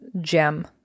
gem